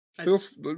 Feels